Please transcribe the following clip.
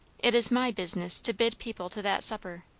it is my business to bid people to that supper,